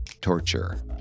torture